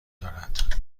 دارد